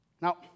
Now